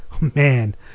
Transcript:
Man